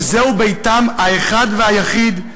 על כך שזהו ביתם האחד והיחיד,